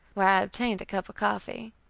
where i obtained a cup of coffee.